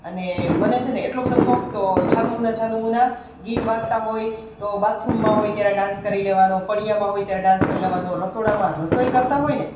અને મને છે ને એટલો બધો શોખ તો છાનામાના છાનામાના ગીત વાગતા હોય તો બાથરૂમમાં હોય ત્યારે ડાંસ કરી લેવાનો ફળિયામાં હોય ત્યારે ડાંસ કરી લેવાનો રસોડામાં રસોઈ કરતાં હોય ને